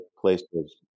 places